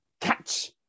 catch